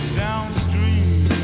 downstream